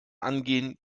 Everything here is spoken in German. angehen